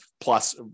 plus